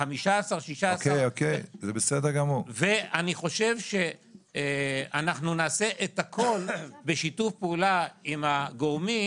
ואני חושב שאנחנו נעשה את הכל בשיתוף פעולה עם הגורמים